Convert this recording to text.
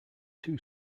two